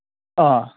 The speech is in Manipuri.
ꯑꯥ